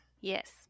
Yes